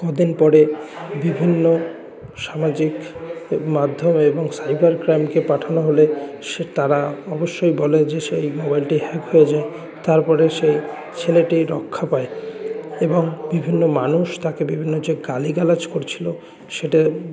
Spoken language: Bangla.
কদিন পরে বিভিন্ন সামাজিক মাধ্যম এবং সাইবার ক্রাইমকে পাঠানো হলে সে তারা অবশ্যই বলে যে সেই মোবাইলটি হ্যাক হয়ে যায় তারপরে সেই ছেলেটি রক্ষা পায় এবং বিভিন্ন মানুষ তাকে বিভিন্ন যে গালি গালাজ করছিলো সেটার